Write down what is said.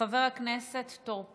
חבר הכנסת טור פז,